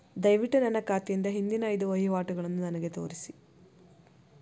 ದಯವಿಟ್ಟು ನನ್ನ ಖಾತೆಯಿಂದ ಹಿಂದಿನ ಐದು ವಹಿವಾಟುಗಳನ್ನು ನನಗೆ ತೋರಿಸಿ